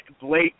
Blake